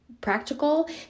practical